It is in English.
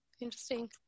interesting